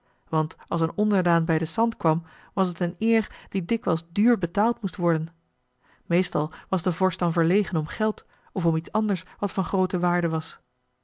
want als een onderdaan bij den sant kwam was het een eer die dikwijls duur betaald moest worden meestal was de vorst dan verlegen om geld of om iets anders wat van groote waarde was